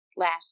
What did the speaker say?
Last